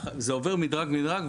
זה עובר מדרג-מדרג.